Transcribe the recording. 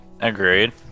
Agreed